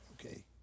okay